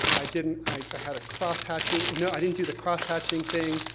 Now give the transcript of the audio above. i didn't, i had a cross hatching, no, i didn't do the cross hatching thing,